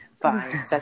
fine